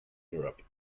europe